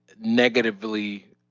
negatively